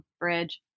bridge